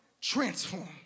transform